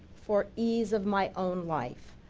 for ease of my own life.